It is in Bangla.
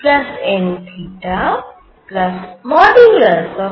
n